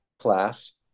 class